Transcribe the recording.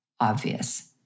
obvious